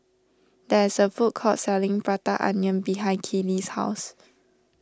there is a food court selling Prata Onion behind Keely's house